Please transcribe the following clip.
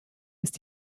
ist